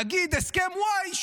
נגיד הסכם ואי,